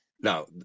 Now